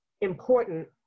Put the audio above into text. important